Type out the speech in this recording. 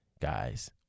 guys